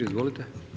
Izvolite.